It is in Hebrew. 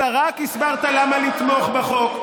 ואתה רק הסברת למה לתמוך בחוק.